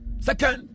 Second